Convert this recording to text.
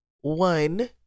one